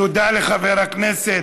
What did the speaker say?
תודה לחבר הכנסת.